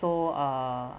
so uh